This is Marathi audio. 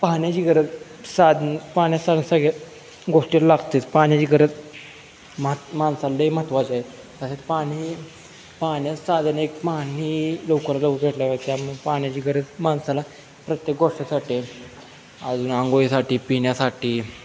पाण्याची गरज साधन पान्या सा सगळ्या गोष्टीला लागतेच पाण्याची गरज महत् माणसाला लय महत्त्वाचं आहे तसेच पाणी पान्या साधन एक पाणी लवकर उजडल्यावर त्यामुळे पाण्याची गरज माणसाला प्रत्येक गोष्टीसाठी आहे अजून अंघोळीसाठी पिण्यासाठी